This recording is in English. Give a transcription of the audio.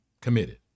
committed